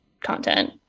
content